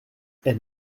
elle